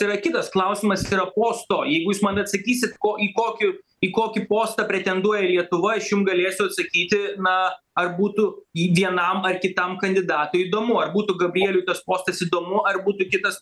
tai yra kitas klausimas tai yra posto jeigu jūs man atsakysit ko į kokių į kokį postą pretenduoja lietuva aš jum galėsiu atsakyti na ar būtų į vienam ar kitam kandidatui įdomu ar būtų gabrieliui tas postas įdomu ar būti kitas